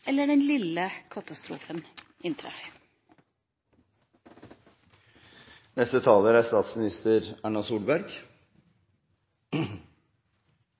eller den lille katastrofen